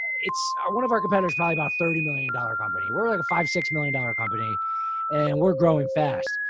it's one of our competitors, probably about thirty million dollars company. we're like a five, six million dollars company and we're growing fast.